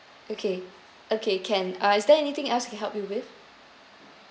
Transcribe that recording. okay okay can uh is there anything else I can help you with